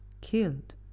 killed